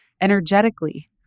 energetically